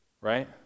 Right